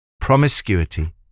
promiscuity